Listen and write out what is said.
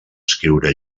escriure